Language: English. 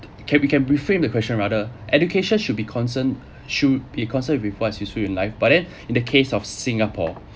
can we can reframe the question rather education should be concerned should be concerned with what is useful in life but then in the case of singapore